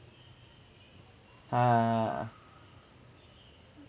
ha